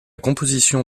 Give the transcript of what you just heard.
composition